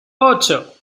ocho